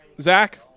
Zach